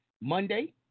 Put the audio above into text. Monday